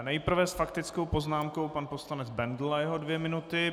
Nejprve s faktickou poznámkou pan poslanec Bendl a jeho dvě minuty.